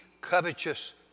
covetous